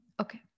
Okay